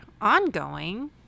ongoing